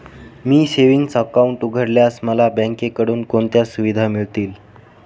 मी savings account उघडल्यास मला बँकेकडून कोणत्या सुविधा मिळतील?